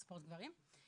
ספורט גברים.